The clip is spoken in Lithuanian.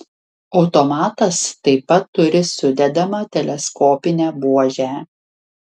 automatas taip pat turi sudedamą teleskopinę buožę